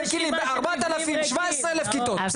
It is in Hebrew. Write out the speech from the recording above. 17 אלף כיתות,